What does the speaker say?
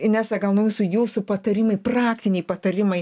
inesa gal nuo jūsų jūsų patarimai praktiniai patarimai